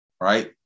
right